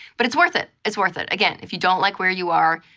but it's worth it. it's worth it. again, if you don't like where you are,